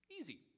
easy